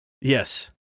Yes